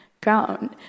ground